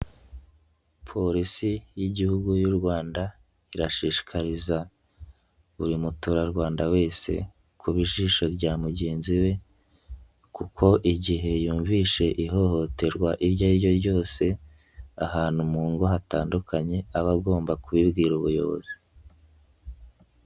Polisi y'Igihugu y'u Rwanda irashishikariza buri Muturarwanda wese kuba ijisho rya mugenzi we kuko igihe yumvise ihohoterwa iryo ari ryo ryose ahantu mu ngo hatandukanye aba agomba kubibwira ubuyobozi.